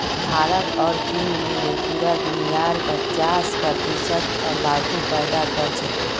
भारत और चीन मिले पूरा दुनियार पचास प्रतिशत तंबाकू पैदा करछेक